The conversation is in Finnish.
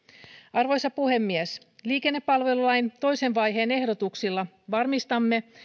arvoisa puhemies liikennepalvelulain toisen vaiheen ehdotuksilla varmistamme